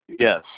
Yes